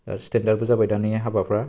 स्टेन्डार्डबो जाबाय दानि हाबाफोरा